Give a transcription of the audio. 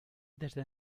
desde